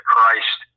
Christ